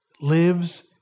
lives